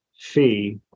fee